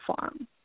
farm